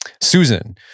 Susan